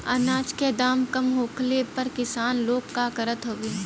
अनाज क दाम कम होखले पर किसान लोग का करत हवे?